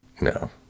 No